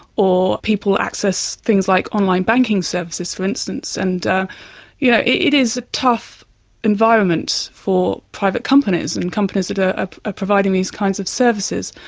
or people access things like online banking services, for instance. and yeah it is a tough environment for private companies and companies that are ah providing these kinds of services.